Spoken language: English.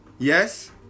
Yes